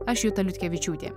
aš juta liutkevičiūtė